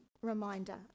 reminder